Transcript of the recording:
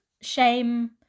shame